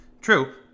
true